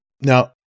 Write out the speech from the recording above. Now